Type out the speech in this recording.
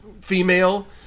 female